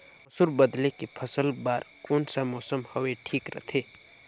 मसुर बदले के फसल बार कोन सा मौसम हवे ठीक रथे?